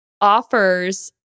offers